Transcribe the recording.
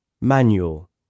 Manual